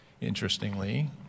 interestingly